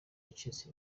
yacitse